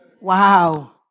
Wow